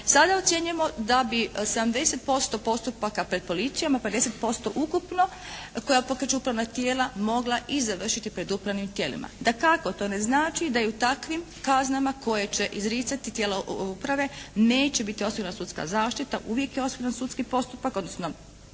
Sada ocjenjujemo da bi 70% postupaka pred Policijom a 50% ukupno koja pokreću upravna tijela mogla i završiti pred upravnim tijelima. Dakako to ne znači je u takvim kaznama koje će izricati tijela uprave neće biti osigurana sudska zaštita. Uvijek je osiguran sudski postupak odnosno